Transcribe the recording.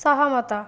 ସହମତ